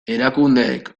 erakundeek